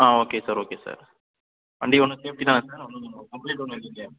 ஆ okay sir okay sir வண்டி ஒன்று safety தானே சார் ஒன்றும் காம்ப்ளைண்ட் ஒன்றும் ஏதுவும் இல்லையே